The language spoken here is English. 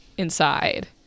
inside